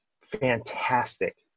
fantastic